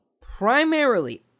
primarily